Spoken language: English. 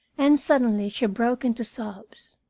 and suddenly she broke into sobs.